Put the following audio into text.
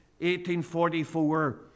1844